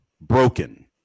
broken